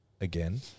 again